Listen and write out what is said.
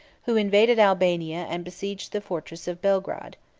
who invaded albania, and besieged the fortress of belgrade.